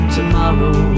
Tomorrow